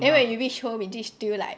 then when you reach home is it still like